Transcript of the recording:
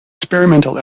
experimental